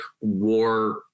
war